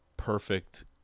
perfect